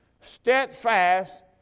Steadfast